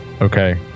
Okay